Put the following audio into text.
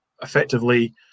effectively